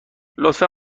لطفا